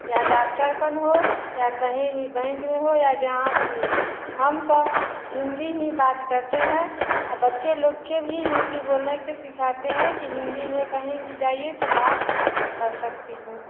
या डॉक्टर कन हो या कहीं भी बैंक में हो या जहाँ भी हो हम सब हिंदी ही बात करते हैं और बच्चे लोग को भी हिंदी बोलने के सिखाते हैं कि हिंदी में कहीं भी जाइए तो बात कर सकती हूँ